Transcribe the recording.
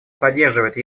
поддерживает